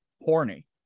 horny